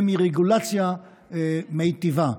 ומרגולציה מיטיבה,